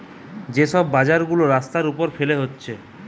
যে সব বাজার গুলা রাস্তার উপর ফেলে হচ্ছে